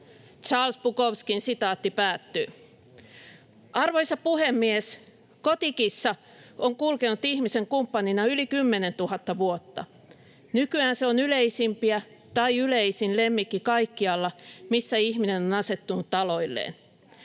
Charles Bukowskilta. Arvoisa puhemies! Kotikissa on kulkenut ihmisen kumppanina yli 10 000 vuotta. Nykyään se on yleisimpiä tai yleisin lemmikki kaikkialla, missä ihminen on asettunut aloilleen.